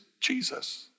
Jesus